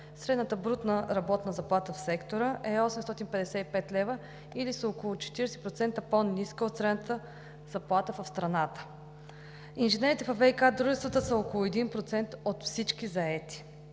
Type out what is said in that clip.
средната брутна работна заплата в сектора е 855 лв., или с около 40% по-ниска от средната заплата в страната. Инженерите във ВиК дружествата са около 1% от всички заети.